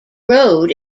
road